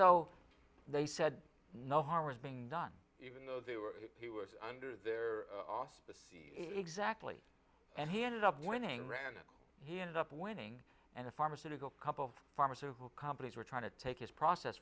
though they said no harm was being done even though they were he was under their off the scene exactly and he ended up winning randall he ended up winning and a pharmaceutical couple of pharmaceutical companies were trying to take his process